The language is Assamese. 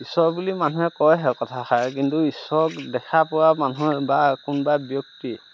ঈশ্বৰ বুলি মানুহে কয়হে কথাষাৰ কিন্তু ঈশ্বৰ দেখা পোৱা মানুহৰ বা কোনোবা ব্যক্তি